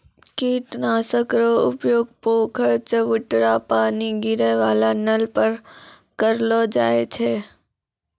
कीट नाशक रो उपयोग पोखर, चवुटरा पानी गिरै वाला नल पर करलो जाय छै